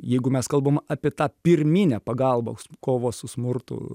jeigu mes kalbam apie tą pirminę pagalbos kovą su smurtu